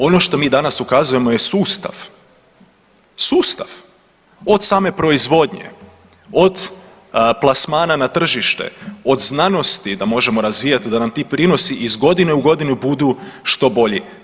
Ono što mi danas ukazujemo je sustav, sustav od same proizvodnje, od plasmana na tržište, od znanosti da možemo razvijati da nam ti prinosi iz godine u godinu budu što bolji.